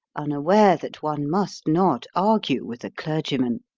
unaware that one must not argue with a clergyman,